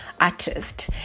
artist